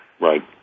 Right